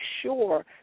sure